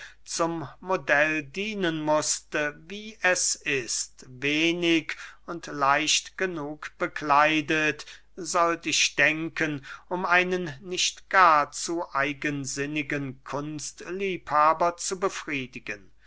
zum modell dienen mußte wie es ist wenig und leicht genug bekleidet sollt ich denken um einen nicht gar zu eigensinnigen kunstliebhaber zu befriedigen